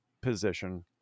position